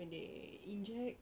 when they inject